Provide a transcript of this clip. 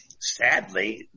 sadly